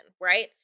Right